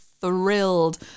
thrilled